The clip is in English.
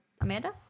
Amanda